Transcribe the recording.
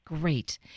Great